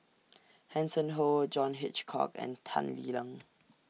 Hanson Ho John Hitchcock and Tan Lee Leng